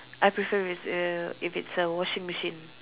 I prefer it's a if it's a washing machine